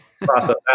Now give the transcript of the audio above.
process